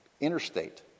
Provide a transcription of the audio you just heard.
interstate